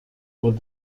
with